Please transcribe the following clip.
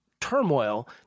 turmoil